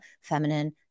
feminine